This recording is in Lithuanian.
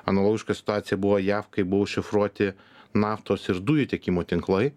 analogiška situacija buvo jav kai buvo užšifruoti naftos ir dujų tiekimo tinklai